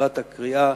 לקראת הקריאה